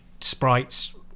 sprites